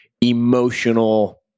emotional